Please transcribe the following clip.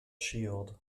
shield